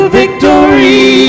victory